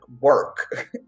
work